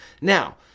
Now